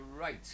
Right